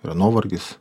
yra nuovargis